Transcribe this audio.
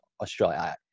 Australia